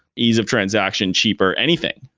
ease of transaction, cheaper, anything,